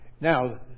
Now